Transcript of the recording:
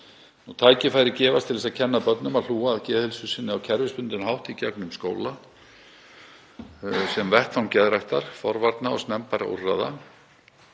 Tækifæri gefast til að kenna börnum að hlúa að geðheilsu sinni á kerfisbundinn hátt í gegnum skólann sem vettvang geðræktar, forvarna og snemmbærra úrræða.